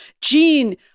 Gene